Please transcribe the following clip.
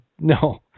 No